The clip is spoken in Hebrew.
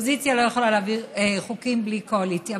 אופוזיציה לא יכולה להעביר חוקים בלי קואליציה.